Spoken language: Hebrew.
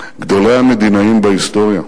גדולי המדינאים בהיסטוריה,